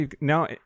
now